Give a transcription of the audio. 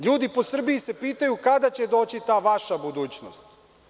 Ljudi po Srbiji se pitaju kada će doći ta vaša budućnost.